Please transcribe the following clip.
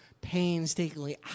painstakingly